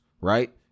right